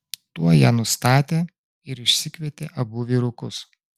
tuoj ją nustatė ir išsikvietė abu vyrukus